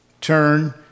Turn